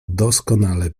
doskonale